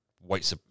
white